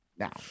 now